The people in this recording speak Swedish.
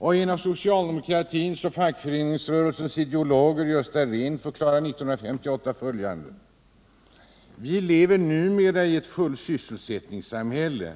Och en av socialdemokratins och fackföreningsrörelsens ideologer, Gösta Rehn, förklarade 1958: ”Vi lever numera i ett fullsysselsättningssamhälle.